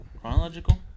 Chronological